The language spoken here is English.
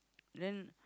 then